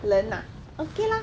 人 ah okay lah